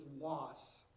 loss